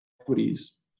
equities